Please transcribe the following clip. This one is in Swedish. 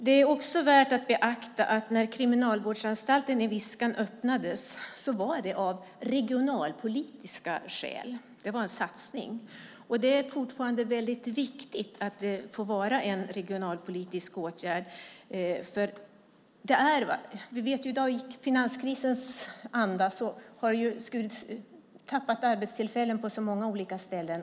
Det är också värt att beakta att när Kriminalvårdsanstalten Viskan öppnades skedde det av regionalpolitiska skäl. Det var en satsning. Det är fortfarande viktigt att det får vara en regionalpolitisk åtgärd. I finanskrisens anda har arbetstillfällen försvunnit på så många olika ställen.